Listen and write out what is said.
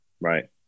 right